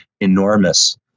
enormous